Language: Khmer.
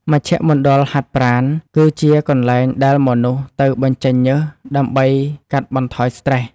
មជ្ឈមណ្ឌលហាត់ប្រាណ គឺជាកន្លែងដែលមនុស្សទៅបញ្ចេញញើសដើម្បីកាត់បន្ថយស្ត្រេស។